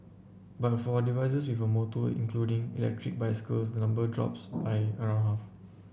but for devices with a motor including electric bicycles the number drops by around half